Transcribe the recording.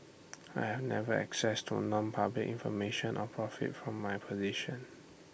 I never had access to nonpublic information or profited from my position